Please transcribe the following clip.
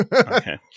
Okay